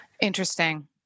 Interesting